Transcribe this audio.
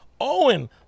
Owen